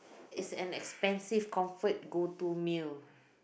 is an expensive comfort go to meal